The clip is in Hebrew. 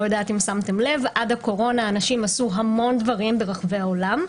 לא יודעת אם שמתם לב אבל עד הקורונה אנשים עשו המון דברים ברחבי העולם,